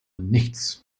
nichts